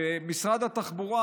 שמשרד התחבורה,